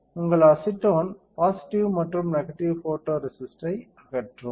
உங்கள் acetone positive மற்றும் negative photoresist ஐ அகற்றும்